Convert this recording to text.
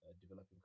developing